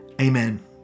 Amen